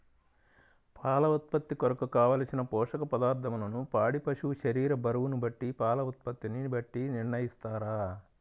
పాల ఉత్పత్తి కొరకు, కావలసిన పోషక పదార్ధములను పాడి పశువు శరీర బరువును బట్టి పాల ఉత్పత్తిని బట్టి నిర్ణయిస్తారా?